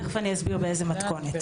תכף אני אסביר באיזו מתכונת.